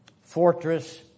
fortress